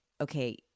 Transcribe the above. okay